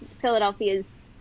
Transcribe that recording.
Philadelphia's